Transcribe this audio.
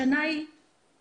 השנה היא 2020,